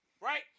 right